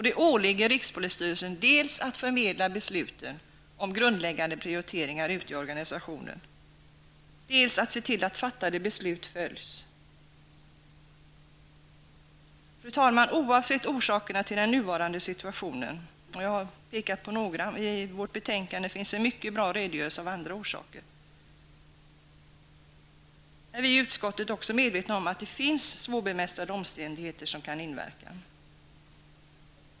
Det åligger rikspolisstyrelsen dels att förmedla besluten om grundläggande prioriteringar ute i organisationen, dels att se till att fattade beslut följs. Fru talman! Oavsett orsakerna till den nuvarande situtationen -- jag har pekat på några, och i betänkandet finns en mycket bra redogörelse för andra orsaker -- är vi i utskottet medvetna om att det finns svårbemästrade omständigheter som kan inverka.